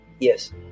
Yes